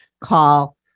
call